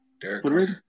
Derek